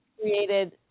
created